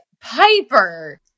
Piper